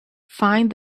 find